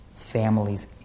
Families